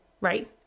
right